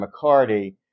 mccarty